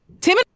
Tim